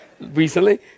recently